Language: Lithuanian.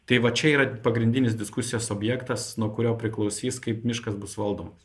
tai va čia yra pagrindinis diskusijos objektas nuo kurio priklausys kaip miškas bus valdomas